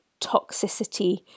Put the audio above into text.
toxicity